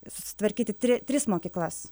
susitvarkyti tri tris mokyklas